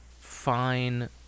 fine